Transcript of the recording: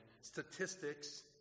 statistics